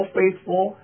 faithful